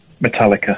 Metallica